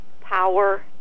power